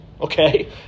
Okay